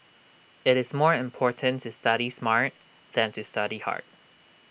IT is more important to study smart than to study hard